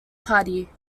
party